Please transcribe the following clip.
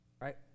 Right